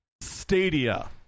Stadia